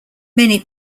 many